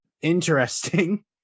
interesting